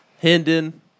Hendon